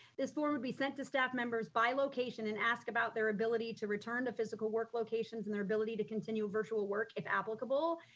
this form would be sent to staff members by location and ask about their ability to return to physical work locations, and their ability to continue virtual work if applicable.